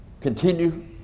Continue